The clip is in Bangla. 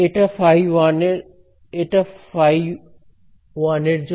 এটা φ1 এর জন্য